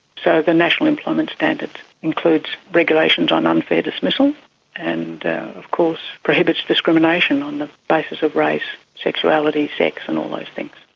so the national employment standard standard includes regulations on unfair dismissal and of course prohibits discrimination on the basis of race, sexuality, sex and all those things.